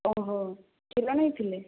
ଓହୋ କ୍ଷୀର ନେଇଥିଲେ